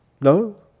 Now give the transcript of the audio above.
No